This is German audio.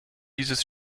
dieses